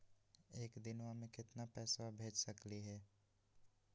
एक दिनवा मे केतना पैसवा भेज सकली हे?